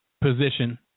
position